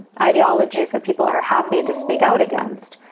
ideologies that people are happy to speak out against.